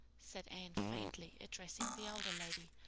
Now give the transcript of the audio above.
said anne faintly, addressing the older lady,